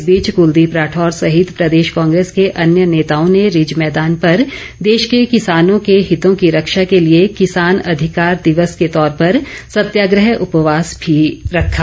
इस बीच कलदीप राठौर सहित प्रदेश कांग्रेस के अन्य नेताओं ने रिज मैदान पर देश के किसानों के हितों की रक्षा के लिए किसान अधिकार दिवस के तौर पर सत्याग्रह उपवास भी रखा